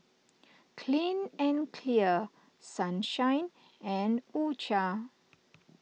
Clean and Clear Sunshine and U Cha